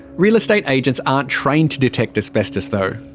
real estate agents aren't trained to detect asbestos though.